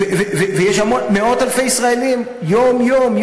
ויש מאות אלפי ישראלים שיום-יום,